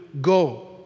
go